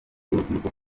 urubyiruko